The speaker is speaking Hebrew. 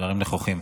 דברים נכוחים.